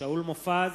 שאול מופז,